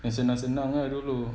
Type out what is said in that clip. yang senang-senang ah dulu